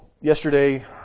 yesterday